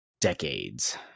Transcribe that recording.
decades